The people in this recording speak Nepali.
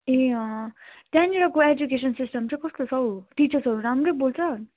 ए अँ त्यहाँनिरको एजुकेसन सिस्टम चाहिँ कस्तो छ हौ टिचर्सहरू राम्रै बोल्छ